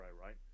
right